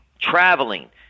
traveling